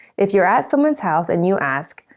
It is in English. if you're at someone's house, and you ask,